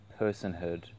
personhood